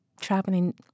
traveling